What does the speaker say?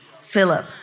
Philip